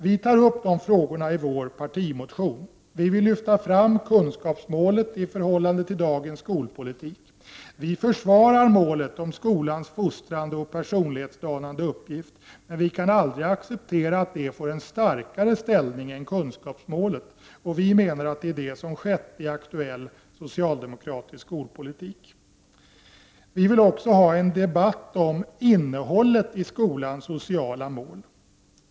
Vi tar upp de frågorna i vår partimotion. Vi vill lyfta fram kunskapsmålet i förhållande till dagens skolpolitik. Vi försvarar målet att skolan skall ha en fostrande och personlighetsdanande uppgift. Men vi kan aldrig acceptera att det målet får en starkare ställning än kunskapsmålet. Vi menar att det är det som har skett i aktuell socialdemokratisk skolpolitik. Vi vill också ha en debatt om innehållet i skolans sociala mål.